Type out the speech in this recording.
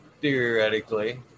theoretically